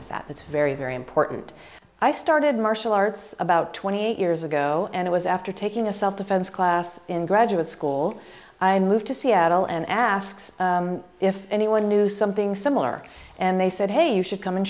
with that it's very very important i started martial arts about twenty eight years ago and it was after taking a self defense class in graduate school i moved to seattle and asks if anyone knew something similar and they said hey you should come and